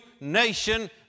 nation